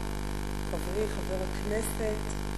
חברי חברי הכנסת,